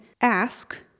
ask